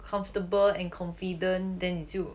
comfortable and confident then 你就